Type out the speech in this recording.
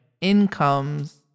incomes